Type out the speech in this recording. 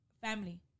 family